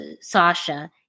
Sasha